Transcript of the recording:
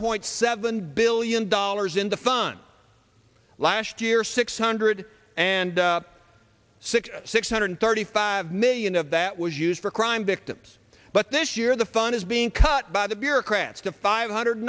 point seven billion dollars in the fun last year six hundred and six six hundred thirty five million of that was used for crime victims but this year the fund is being cut by the bureaucrats to five hundred